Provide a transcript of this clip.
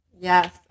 Yes